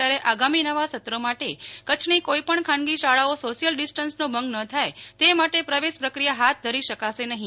ત્યારે આગામી નવાં સત્ર માટે કચ્છની કોઇપણ ખાનગી શાળાઓ સોશિયલ ડિસ્ટન્સનો ભંગ ન થાય તે માટે પ્રવેશ પ્રક્રિયા હાથ ધરી શકશે નહીં